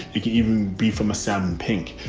it can even be from a salmon pink.